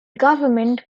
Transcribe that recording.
government